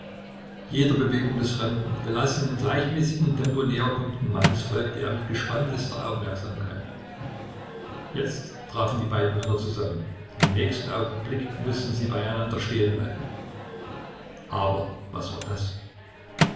jeder bewegung des fremden gelassen in gleichmäßigem tempo näherkommenden mannes folgte er mit gespanntester aufmerksamkeit jetzt trafen die beiden männer zusammen im nächsten augenblick mußten sie beieinander stehenbleiben aber was war das